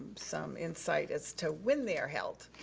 some insight as to when they're held.